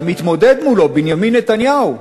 והמתמודד מולו, בנימין נתניהו,